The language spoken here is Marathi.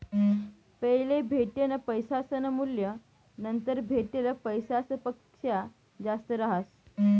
पैले भेटेल पैसासनं मूल्य नंतर भेटेल पैसासपक्सा जास्त रहास